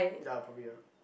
ya probably ah